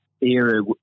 era